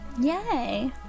yay